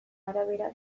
arabera